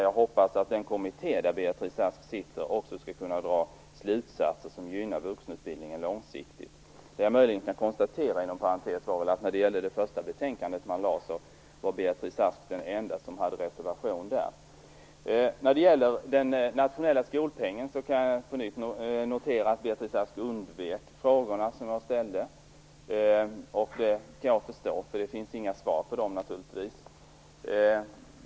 Jag hoppas att den kommitté där Beatrice Ask också sitter skall kunna dra slutsatser som gynnar vuxenutbildningen långsiktigt. Det jag möjligen inom parentes kan konstatera är väl att Beatrice Ask var den enda som hade reservation när man lade fram det första betänkandet. När det gäller den nationella skolpengen kan jag på nytt notera att Beatrice Ask undvek de frågor som jag ställde. Det kan jag förstå, för det finns naturligtvis inte några svar på dem.